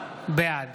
בעד